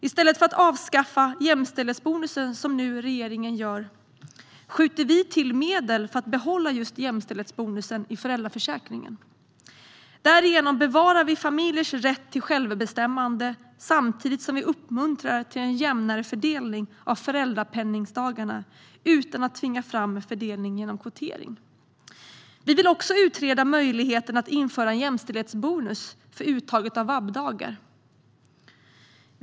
I stället för att avskaffa jämställdhetsbonusen, som regeringen nu gör, skjuter vi till medel för att behålla just jämställdhetsbonusen i föräldraförsäkringen. Därigenom bevarar vi familjers rätt till självbestämmande, samtidigt som vi uppmuntrar till en jämnare fördelning av föräldrapenningdagarna utan att tvinga fram en fördelning genom kvotering. Vi vill också utreda möjligheten att införa en jämställdhetsbonus för uttaget av vab-dagar.